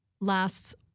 lasts